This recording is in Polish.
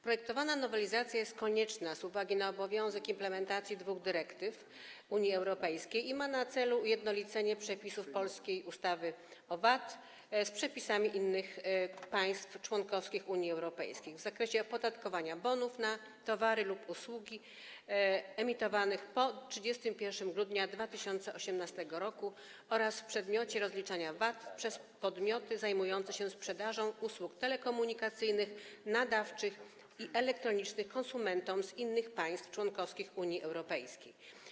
Projektowana nowelizacja jest konieczna z uwagi na obowiązek implementacji dwóch dyrektyw Unii Europejskiej i ma na celu ujednolicenie przepisów polskiej ustawy o VAT z przepisami innych państw członkowskich Unii Europejskiej w zakresie opodatkowania bonów na towary lub usługi emitowanych po 31 grudnia 2018 r. oraz w przedmiocie rozliczania VAT przez podmioty zajmujące się sprzedażą usług telekomunikacyjnych, nadawczych i elektronicznych konsumentom z innych państw członkowskich Unii Europejskiej.